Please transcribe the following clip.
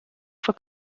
fue